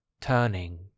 turning